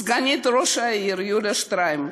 סגנית ראש העיר יוליה שטראים.